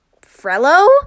frello